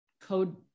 code